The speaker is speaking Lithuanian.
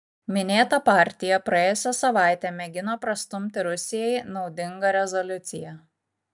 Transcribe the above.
minėta partija praėjusią savaitę mėgino prastumti rusijai naudingą rezoliuciją